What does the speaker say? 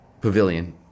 Pavilion